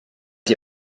die